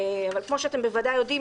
כפי שאתם בוודאי יודעים,